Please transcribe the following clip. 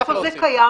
איפה זה קיים?